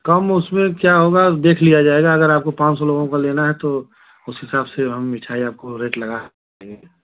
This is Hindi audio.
कम उसमें क्या होगा अब देख लिया जाएगा अगर आपको पाँच सौ लोगों का लेना है तो उस हिसाब से हम मिठाई आपको रेट लगा देंगे